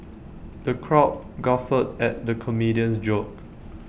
the crowd guffawed at the comedian's jokes